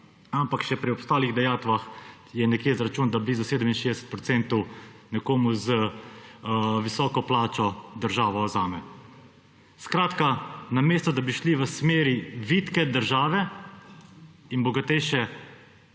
še pri ostalih dajatvah je nekje izračun, da za 67 % nekomu z visoko plačo država vzame. Skratka, namesto da bi šli v smeri vitke države in bogatejše